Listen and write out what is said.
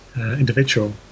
individual